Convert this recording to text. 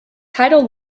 tidal